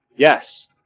Yes